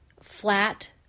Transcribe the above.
flat